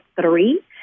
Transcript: three